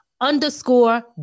underscore